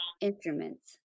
instruments